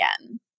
again